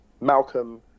Malcolm